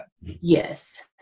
yes